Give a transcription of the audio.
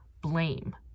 blame